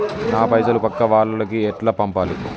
నా పైసలు పక్కా వాళ్లకి ఎట్లా పంపాలి?